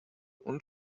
und